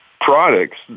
products